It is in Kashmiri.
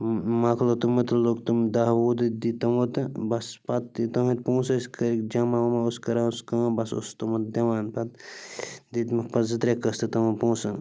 مَکلوو تِمَن تہِ لوٚگ تِم دَہ وُہ دۄہ دِتۍ تِمَو تہِ بَس پتہٕ تٕہٕنٛدۍ پونٛسہٕ حظ کٔرِکھ جَمع ومع اوس کران سُہ کٲم بَس اوسُس تِمَن دِوان پَتہٕ دِتۍمَکھ پَتہٕ زٕ ترٛےٚ قٕسطہٕ تِمَن پونٛسَن